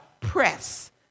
press